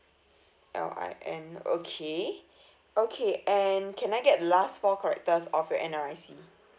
L I N okay okay and can I get last four characters of your N_R_I_C